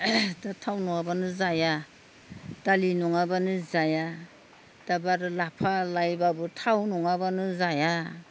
दा थाव नङाबानो जाया दालि नङाबानो जाया दाबो आरो लाफा लाइबाबो थाव नङाबानो जाया